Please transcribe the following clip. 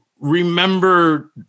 remember